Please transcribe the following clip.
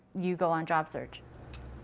you go on job search.